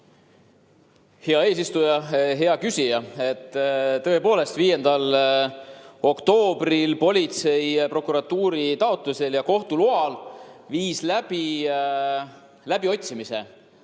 Hea eesistuja! Hea küsija! Tõepoolest, 5. oktoobril politsei prokuratuuri taotlusel ja kohtu loal viis läbi läbiotsimise